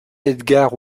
edgard